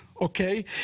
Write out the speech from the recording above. okay